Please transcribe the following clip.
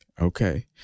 okay